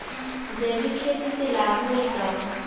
जैविक खेती से लाभ होई का?